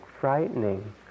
frightening